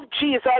Jesus